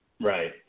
Right